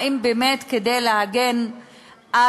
האם הוא באמת כדי להגן על